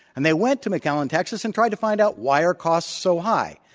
and they went tomcallen, texas, and tried to find out why are costs so high.